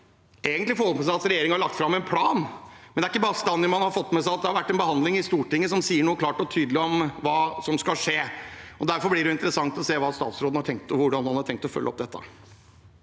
som har fått med seg at regjeringen har lagt fram en plan, men det er ikke bestandig man har fått med seg at det har vært en behandling i Stortinget som sier noe klart og tydelig om hva som skal skje. Derfor blir det interessant å se hvordan statsråden har tenkt å følge opp dette.